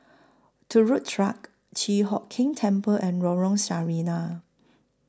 Turut Track Chi Hock Keng Temple and Lorong Sarina